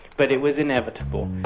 but it was inevitable.